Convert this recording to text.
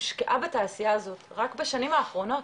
הושקעה בתעשייה הזאת רק בשנים האחרונות